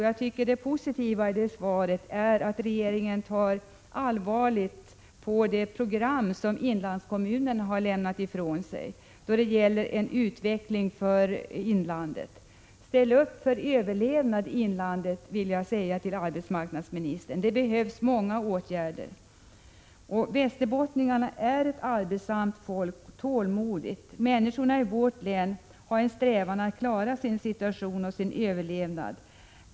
Jag tycker att det positiva i svaret är att regeringen tar allvarligt på det program som inlandskommunerna har lämnat då det gäller en utveckling för inlandet. Ställ upp för överlevnad i inlandet, vill jag säga till arbetsmarknadsministern. Det behövs många åtgärder. Västerbottningarna är ett arbetsamt och tålmodigt folk. Människorna i vårt län har en strävan att klara sin situation och sin överlevnad.